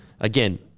again